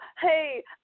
hey